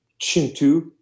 Chintu